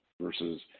versus